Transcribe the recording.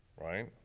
right?